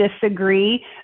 disagree